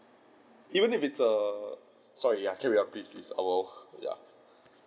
even if it is err sorry carry on please please I'll err ya